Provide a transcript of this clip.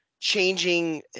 Changing